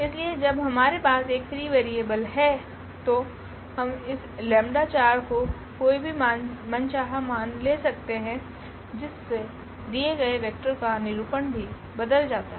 इसलिए जब हमारे पास एक फ्री वेरिएबल है तो हम इस लैमडा 4 का कोई भी मन चाहा मान ले सकते हैं जिससे दिए गए वेक्टर का निरूपण भी बदल जाता है